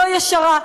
לא ישרה,